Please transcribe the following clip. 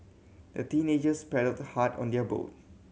the teenagers paddled hard on their boat